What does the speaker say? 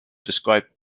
describe